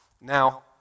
Now